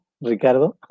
ricardo